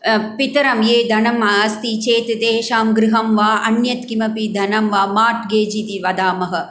पितरं ये धनं अस्ति चेत् तेषां गृहम् वा अन्यत् किमपि धनं मार्ट्गेज् इति वदामः